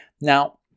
Now